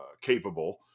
capable